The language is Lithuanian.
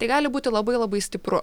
tai gali būti labai labai stipru